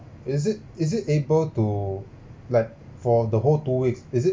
is it is it able to like for the whole two weeks is it